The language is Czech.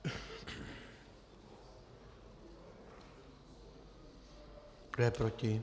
Kdo je proti?